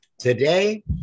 Today